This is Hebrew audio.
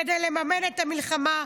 כדי לממן את המלחמה,